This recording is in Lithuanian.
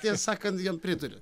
tiesą sakant jam pritarė